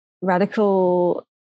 radical